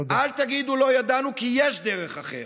אל תגידו לא ידענו, כי יש דרך אחרת.